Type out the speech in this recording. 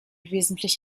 wesentlich